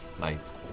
Nice